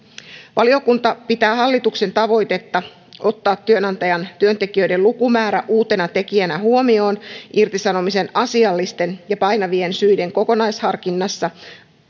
valiokunta pitää hallituksen tavoitetta ottaa työnantajan työntekijöiden lukumäärä uutena tekijänä huomioon irtisanomisen asiallisten ja painavien syiden kokonaisharkinnassa